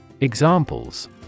Examples